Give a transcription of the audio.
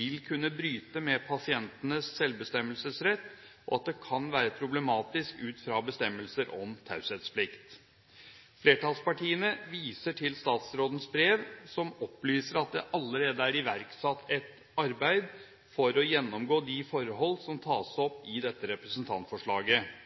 vil kunne bryte med pasientenes selvbestemmelsesrett, og at det kan være problematisk ut fra bestemmelser om taushetsplikt. Flertallspartiene viser til statsrådens brev, som opplyser at det allerede er iverksatt et arbeid for å gjennomgå de forhold som tas opp i dette representantforslaget.